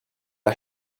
how